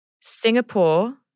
Singapore